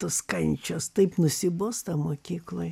tos kančios taip nusibosta mokykloj